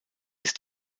ist